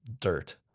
dirt